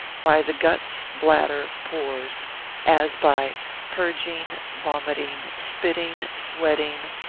by the guts, bladder, pores as by purging, vomiting, spitting, sweating,